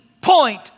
point